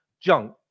junk